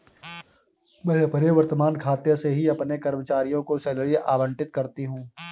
मैं अपने वर्तमान खाते से ही अपने कर्मचारियों को सैलरी आबंटित करती हूँ